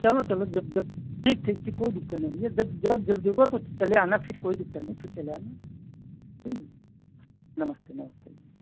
चलो चलो जब जब ठीक ठीक ठीक कोई दिक़्क़त नहीं भैया जब जब जब ज़रूरत हो तो चले आना फिर कोई दिक़्क़त नहीं फिर चले आना ठीक भैया नमस्ते नमस्ते भैया